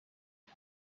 ubu